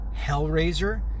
Hellraiser